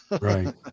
Right